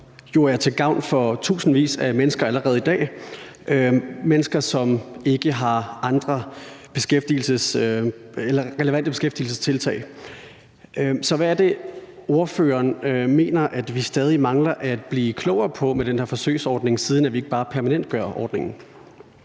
som jo er til gavn for tusindvis af mennesker allerede i dag – mennesker, som der ikke er andre relevante beskæftigelsestiltag til. Så hvad er det, ordføreren mener at vi stadig mangler at blive klogere på med den her forsøgsordning, siden vi ikke bare permanentgør ordningen?